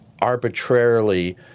arbitrarily